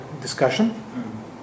discussion